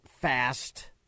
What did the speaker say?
fast